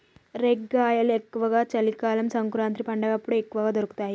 రేగ్గాయలు ఎక్కువ చలి కాలం సంకురాత్రి పండగప్పుడు ఎక్కువ దొరుకుతాయి